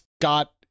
got